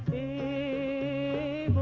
a,